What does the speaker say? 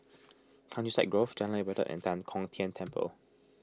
Countryside Grove Jalan Ibadat and Tan Kong Tian Temple